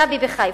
בחיפה.